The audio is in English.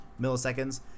milliseconds